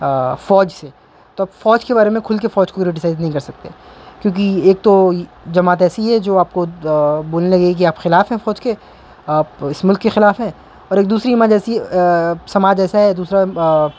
فوج سے تو فوج کے بارے میں کھل کے فوج کو کرٹسائز نہیں کر سکتے کیونکہ ایک تو جماعت ایسی ہے جو آپ کو بولنے لگے کہ آپ خلاف ہیں فوج کے آپ اس ملک کے خلاف ہیں اور ایک دوسری عمر ایسی سماج ایسا ہے دوسرا